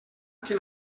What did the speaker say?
que